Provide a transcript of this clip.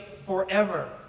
forever